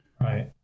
Right